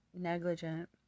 negligent